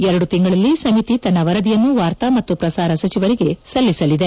ಎರಡು ತಿಂಗಳಲ್ಲಿ ಸಮಿತಿ ತನ್ನ ವರದಿಯನ್ನು ವಾರ್ತಾ ಮತ್ತು ಪ್ರಸಾರ ಸಚಿವರಿಗೆ ಸಲ್ಲಿಸಲಿದೆ